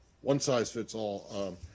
one-size-fits-all